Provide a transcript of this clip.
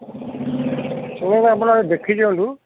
ଶୁଣନ୍ତୁ ଆପଣ ଦେଖିଦିଅନ୍ତୁ